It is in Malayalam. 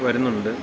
വരുന്നുണ്ട്